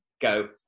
go